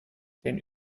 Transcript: den